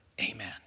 Amen